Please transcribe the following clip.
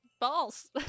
balls